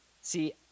see